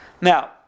Now